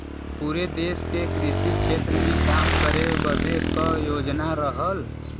पुरे देस के कृषि क्षेत्र मे काम करे बदे क योजना रहल